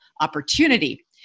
opportunity